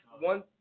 one